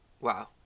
Wow